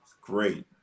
great